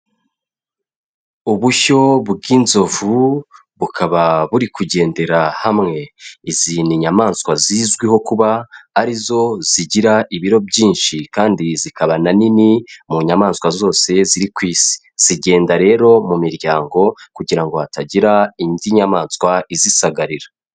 Ubushyo bw'Inzovu bukaba buri kugendera hamwe. Izi ni inyamaswa zizwiho kuba, ari zo zigira ibiro byinshi kandi zikaba na nini mu nyamaswa zose ziri ku Isi. Zigenda rero mu miryango, kugira ngo hatagira indi nyamaswa izisagarira.